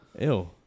Ew